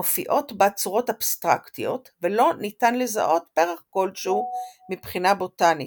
מופיעות בה צורות אבסטרקטיות ולא ניתן לזהות פרח כלשהו מבחינה בוטנית.